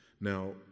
Now